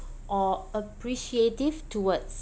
or appreciative towards